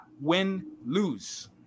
win-lose